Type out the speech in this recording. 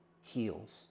heals